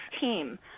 team